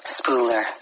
Spooler